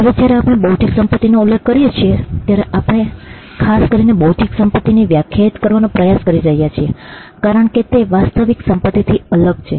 હવે જ્યારે આપણે બૌદ્ધિક સંપત્તિનો ઉલ્લેખ કરીએ છીએ ત્યારે આપણે ખાસ કરીને બૌદ્ધિક સંપત્તિને વ્યાખ્યાયિત કરવાનો પ્રયાસ કરી રહ્યાં છીએ કારણ કે તે વાસ્તવિક સંપતિથી અલગ છે